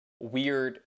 weird